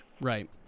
Right